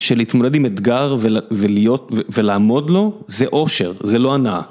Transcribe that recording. שלהתמודד עם אתגר ולעמוד לו, זה אושר, זה לא הנאה.